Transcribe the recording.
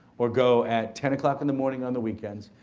or go at ten o'clock in the morning on the weekends,